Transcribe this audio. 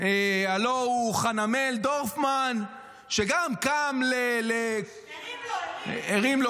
הלוא הוא חנמאל דורפמן, שגם קם -- הרים לו, הרים.